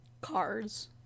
Cars